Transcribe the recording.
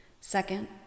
Second